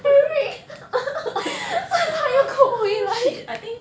shit I think